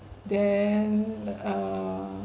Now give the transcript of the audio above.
then err